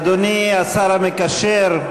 אדוני השר המקשר,